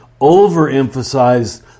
overemphasize